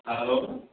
hello